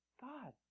God